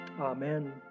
Amen